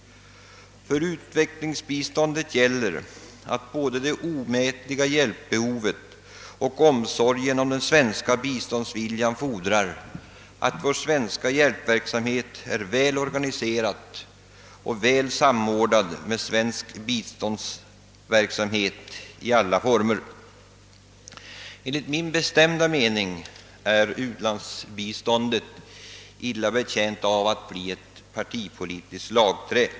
För utvecklingsbiståndet gäller att både det omätliga hjälpbehovet och omsorgen om den svenska biståndsopinionen fordrar, att vår svenska statliga hjälpverksamhet är väl organiserad och väl samordnad med svensk biståndsverksamhet i alla former. Enligt min bestämda mening är u-landsbiståndet illa betjänt av att bli ett partipolitiskt slagträ.